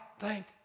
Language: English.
thank